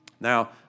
Now